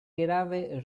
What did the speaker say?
grave